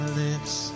lips